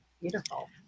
beautiful